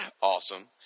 Awesome